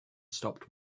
stopped